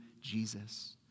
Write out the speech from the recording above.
Jesus